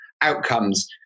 outcomes